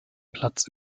platz